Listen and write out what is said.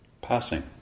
passing